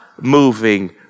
moving